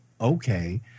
Okay